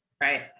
right